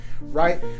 Right